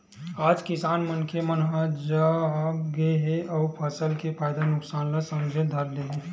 आज किसान मनखे मन ह जाग गे हे अउ फसल के फायदा नुकसान ल समझे ल धर ले हे